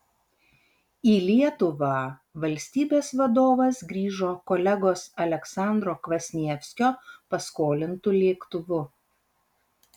į lietuvą valstybės vadovas grįžo kolegos aleksandro kvasnievskio paskolintu lėktuvu